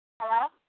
Hello